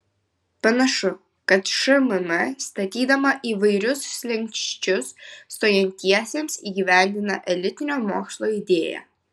panašu kad šmm statydama įvairius slenksčius stojantiesiems įgyvendina elitinio mokslo idėją